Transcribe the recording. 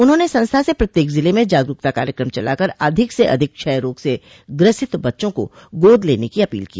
उन्होंने संस्था से प्रत्येक जिले में जागरूकता कार्यक्रम चला कर अधिक से अधिक क्षय रोग से ग्रसित बच्चों को गोद लेने की अपील की